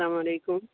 سلام علیکم